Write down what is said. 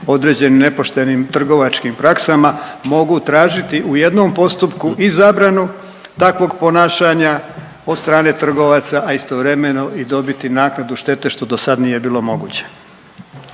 određenim nepoštenim trgovačkim praksama mogu tražiti u jednom postupku i zabranu takvog ponašanja od strane trgovaca, a istovremeno i dobiti naknadu štete što do sad nije bilo moguće.